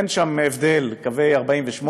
אין שם הבדל: קווי 48',